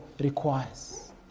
requires